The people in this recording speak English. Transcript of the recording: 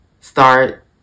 start